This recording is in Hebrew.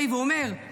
והוא אומר,